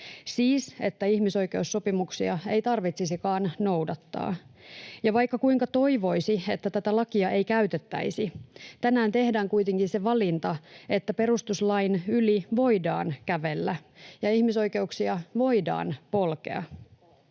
niin, että ihmisoikeussopimuksia ei tarvitsisikaan noudattaa. Ja vaikka kuinka toivoisi, että tätä lakia ei käytettäisi, tänään tehdään kuitenkin se valinta, että perustuslain yli voidaan kävellä ja ihmisoikeuksia voidaan polkea